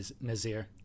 Nazir